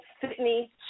Sydney